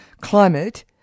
climate